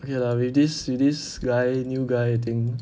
okay lah with this with this guy new guy thing